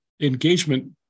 engagement